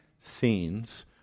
scenes